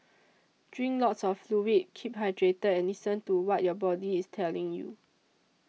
drink lots of fluid keep hydrated and listen to what your body is telling you